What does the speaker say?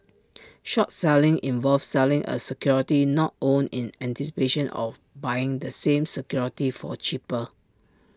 short selling involves selling A security not owned in anticipation of buying the same security for A cheaper